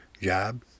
Job